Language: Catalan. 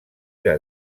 era